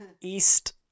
East